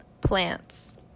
plants